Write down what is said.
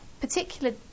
particular